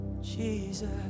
Jesus